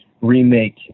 remake